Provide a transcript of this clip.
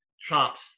Trump's